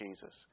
Jesus